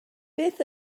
beth